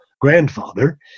grandfather